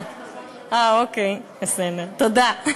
אוקיי, בסדר, תודה.